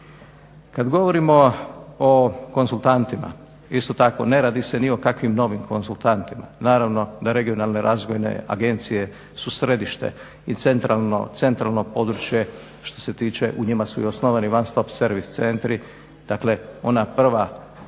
Kada govorimo o konzultantima, isto tako ne radi se ni o kakvim novim konzultantima. Naravno da regionalne razvojne agencije su središte i centralno područje što se tiče u njima su i osnovani one stop servis centri, dakle ona prva točka,